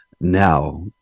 now